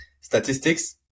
statistics